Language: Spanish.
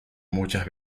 muchas